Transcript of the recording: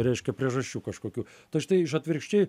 reiškia priežasčių kažkokių tai štai iš atvirkščiai